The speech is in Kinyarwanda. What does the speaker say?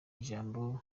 ijambo